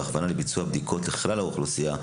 חשיבות בהכוונה לביצוע בדיקות לכלל האוכלוסייה,